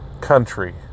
country